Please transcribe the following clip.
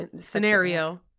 scenario